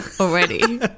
already